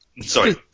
Sorry